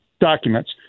documents